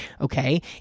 okay